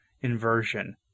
inversion